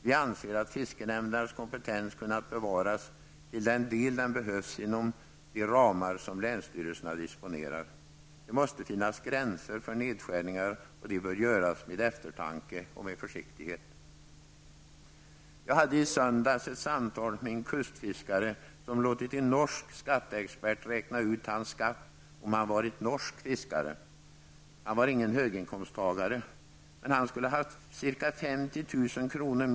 Vi anser att fiskenämndernas kompetens kunnat bevaras till den del den behövs inom de ramar som länsstyrelserna disponerar. Det måste finnas gränser för nedskärningar, och de bör göras med eftertanke och försiktighet. Jag hade i söndags ett samtal med en kustfiskare som låtit en norsk skatteexpert räkna ut hans skatt om han varit norsk fiskare. Han var ingen höginkomsttagare. Men han skulle ha haft ca 50 000 kr.